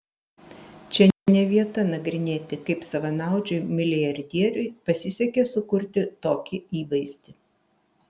čia ne vieta nagrinėti kaip savanaudžiui milijardieriui pasisekė sukurti tokį įvaizdį